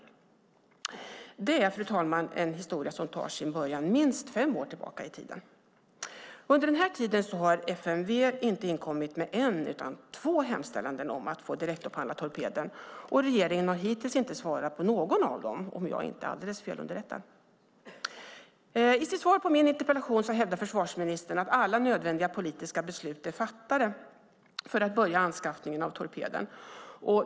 Det är, fru talman, en historia som har sin början minst fem år tillbaka i tiden. Under den här tiden har FMV inte inkommit med en hemställan utan två hemställningar om att få direktupphandla torpeden, och regeringen har hittills inte svarat på någon av dem, om jag inte är alldeles felunderrättad. I sitt svar på min interpellation hävdar försvarsministern att alla nödvändiga politiska beslut är fattade för att påbörja anskaffningen av torpeden.